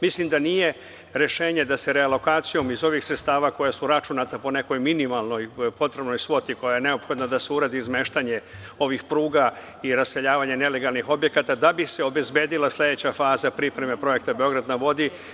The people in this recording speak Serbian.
Mislim da nije rešenje da se realokacijom iz ovih sredstava koja su računata po nekoj minimalnoj potrebnoj svoti koja je neophodna da se uradi izmeštanje ovih pruga i raseljavanje nelegalnih objekata da bi se obezbedila sledeća faza pripreme Projekta Beograd na vodi.